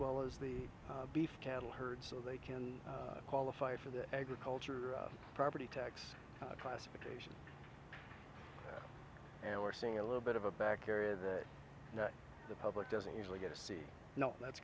well as the beef cattle herd so they can qualify for the agriculture property tax classification and we're seeing a little bit of a back area that the public doesn't usually get to see that's